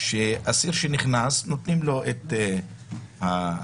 שאסיר שנכנס נותנים לו את זה האישור: